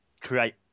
create